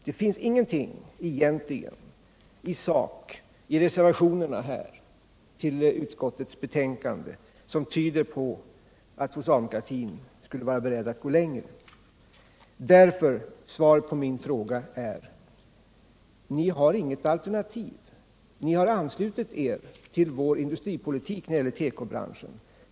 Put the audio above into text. Det finns egentligen ingenting i sak i reservationerna till utskottets betänkande som tyder på att socialdemokratin skulle vara beredd att gå längre. Svaret på frågan är därför: Ni har inget alternativ. Ni har anslutit er till vår industripolitik när det gäller tekobranschen.